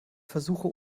versuche